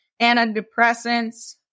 antidepressants